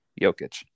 Jokic